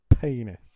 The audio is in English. penis